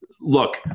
look